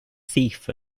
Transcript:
thief